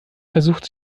versucht